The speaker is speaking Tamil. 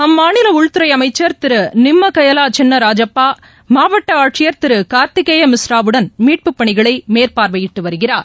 அம்மாநிலஉள்துறைஅமைச்சர் திருநிம்மகயலாசின்னராஜப்பாமாவட்டஆட்சியர் திருகார்த்திகேயமிஸ்ராவுடன் மீட்பு பணிகளைமேற்பார்வையிட்டுவருகிறார்